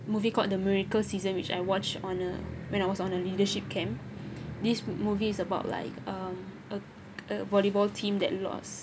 movie called the miracle season which I watched on a when I was on a leadership camp this movie is about like um a a volleyball team that lost